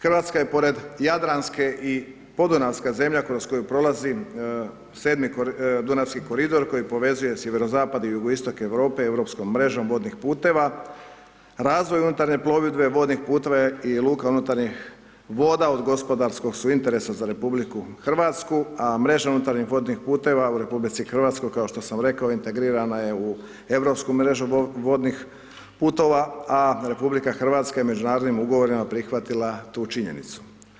Hrvatska je pored jadranske i podunavska zemlja kroz koju prolazi 7. dunavski koridor koji povezuje sjeverozapad i jugoistok Europe europskom mrežom vodnih puteva, razvoj unutarnje plovidbe vodnih puteva i luka unutarnjih voda od gospodarskog su interesa za RH a mreža unutarnjih vodnih puteva u RH kao što sam rekao integrirana je u europsku mrežu vodnih puteva a RH je međunarodnim ugovorima prihvatila tu činjenicu.